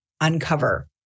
uncover